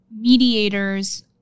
mediators